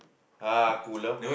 ah cooler